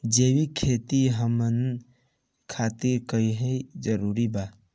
जैविक खेती हमन खातिर काहे जरूरी बा?